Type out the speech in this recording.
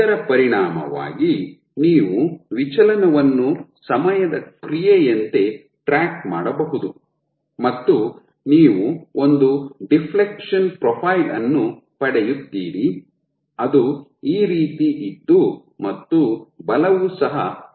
ಇದರ ಪರಿಣಾಮವಾಗಿ ನೀವು ವಿಚಲನವನ್ನು ಸಮಯದ ಕ್ರಿಯೆಯಂತೆ ಟ್ರ್ಯಾಕ್ ಮಾಡಬಹುದು ಮತ್ತು ನೀವು ಒಂದು ಡಿಫ್ಲೆಕ್ಷನ್ ಪ್ರೊಫೈಲ್ ಅನ್ನು ಪಡೆಯುತ್ತೀರಿ ಅದು ಈ ರೀತಿ ಇದ್ದು ಮತ್ತು ಬಲವು ಸಹ ಇರುತ್ತದೆ